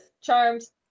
Charms